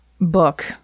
book